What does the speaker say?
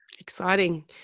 exciting